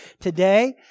today